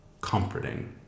comforting